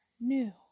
new